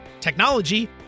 technology